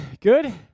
Good